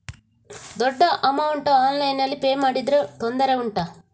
ದೊಡ್ಡ ಅಮೌಂಟ್ ಆನ್ಲೈನ್ನಲ್ಲಿ ಪೇ ಮಾಡಿದ್ರೆ ತೊಂದರೆ ಉಂಟಾ?